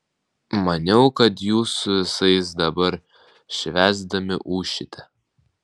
maniau kad jūs su visais dabar švęsdami ūšite